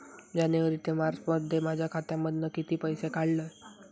जानेवारी ते मार्चमध्ये माझ्या खात्यामधना किती पैसे काढलय?